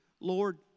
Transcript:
Lord